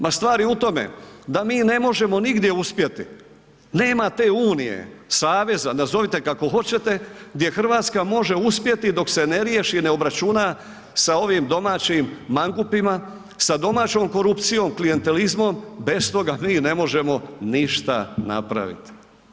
Ma stvar je u tome da mi ne možemo nigdje uspjeti, nema te unije, saveza, nazovite kako hoćete gdje Hrvatska može uspjeti dok se ne riješi, ne obračuna sa ovim domaćim mangupima, sa domaćom korupcijom, klijentelizmom, bez toga mi ne možemo ništa napraviti.